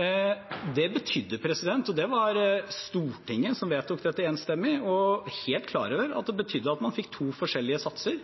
Det betydde – og det var Stortinget, som vedtok dette enstemmig, helt klar over – at man fikk to forskjellige satser.